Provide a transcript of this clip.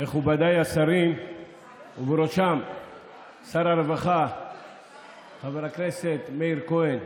מכובדיי השרים ובראשם שר הרווחה חבר הכנסת מאיר כהן,